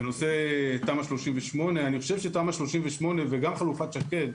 כנושא תמ"א 38. אני חושב שתמ"א 38 וגם חלופת שקד,